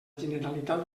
generalitat